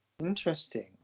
interesting